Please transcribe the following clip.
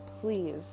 please